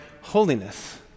holiness